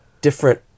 different